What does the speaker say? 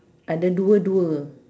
ada dua dua